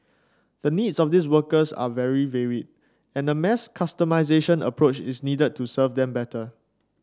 the needs of these workers are very varied and a mass customisation approach is needed to serve them better